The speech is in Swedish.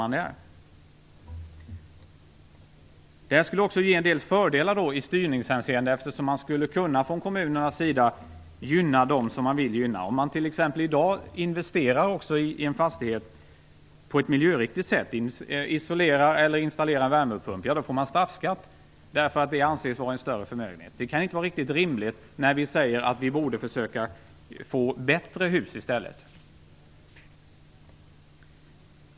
Det här skulle också ge en del fördelar i styrningshänseende, eftersom man från kommunernas sida skulle kunna gynna dem som man vill gynna. Om man i dag t.ex. investerar i en fastighet på ett miljöriktigt sätt - isolerar eller installerar värmepump - får man straffskatt. Det anses nämligen som en större förmögenhet. Det kan inte vara riktigt rimligt när vi säger att vi borde försöka få bättre hus i stället.